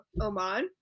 Oman